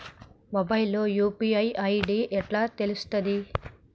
Mobile లో UPI ID ఎట్లా తెలుస్తది?